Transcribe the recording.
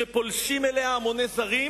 שפולשים אליה המוני זרים,